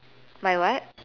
my what